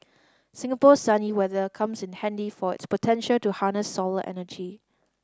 Singapore's sunny weather comes in handy for its potential to harness solar energy